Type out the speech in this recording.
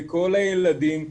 לכל הילדים,